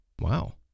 Wow